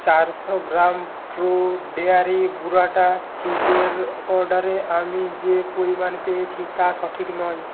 চারশো গ্রাম Pro Dairy burrata চিজের অর্ডারে আমি যে পরিমাণ পেয়েছি তা সঠিক নয়